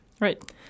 Right